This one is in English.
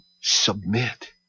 submit